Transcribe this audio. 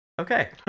Okay